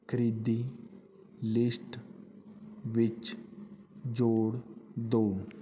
ਖਰੀਦੀ ਲਿਸਟ ਵਿੱਚ ਜੋੜ ਦਿਓ